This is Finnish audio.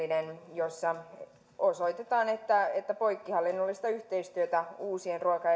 jossa osoitetaan että että poikkihallinnollista yhteistyötä uusien ruoka